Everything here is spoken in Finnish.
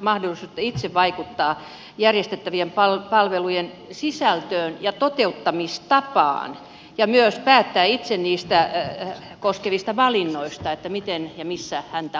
mahdollisuutta itse vaikuttaa järjestettävien palvelujen sisältöön ja toteuttamistapaan ja myös päättää itseään koskevista valinnoista että miten ja missä häntä hoidetaan